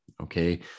Okay